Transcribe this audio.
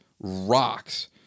rocks